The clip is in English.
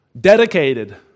dedicated